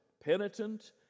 penitent